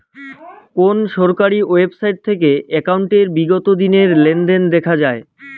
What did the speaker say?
কোন সরকারি ওয়েবসাইট থেকে একাউন্টের বিগত দিনের লেনদেন দেখা যায়?